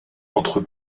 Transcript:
entre